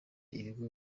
ibigo